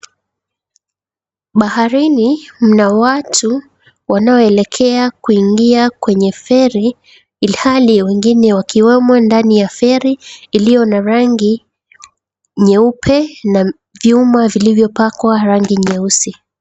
Baharini, mna watu wanaoelekea kungia kwenye feri ilhali wengine wakiwemo ndani ya feri iliyo na rangi nyeupe na vyuma vilivyo pakwa rangi nyeusi.